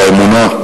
באמונה,